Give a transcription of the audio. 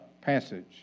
passage